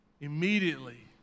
Immediately